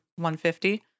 150